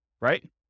right